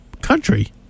country